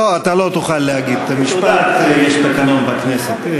לא, אתה לא תוכל להגיד משפט, יש תקנון בכנסת.